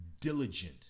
diligent